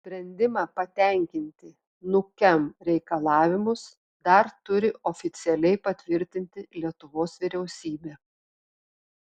sprendimą patenkinti nukem reikalavimus dar turi oficialiai patvirtinti lietuvos vyriausybė